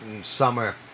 Summer